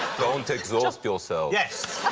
don't exhaust yourself. yes!